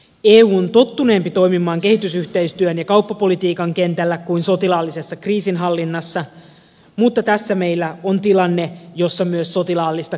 eu on tottuneempi toimimaan kehitysyhteistyön ja kauppapolitiikan kentällä kuin sotilaallisessa kriisinhallinnassa mutta tässä meillä on tilanne jossa myös sotilaallista kriisinhallintaa tarvitaan